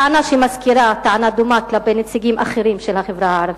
טענה שמזכירה טענה דומה כלפי נציגים אחרים של החברה הערבית.